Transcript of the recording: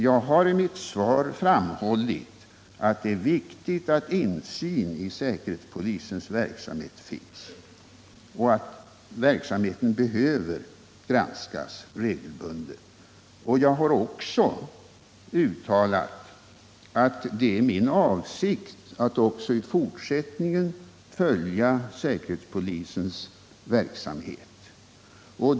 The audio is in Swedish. Jag har i mitt svar framhållit att det är viktigt att insyn i säkerhetspolisens verksamhet finns och att verksamheten behöver granskas regelbundet. Jag har också uttalat att det är min avsikt att även i fortsättningen följa säkerhetspolisens verksamhet.